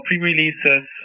pre-releases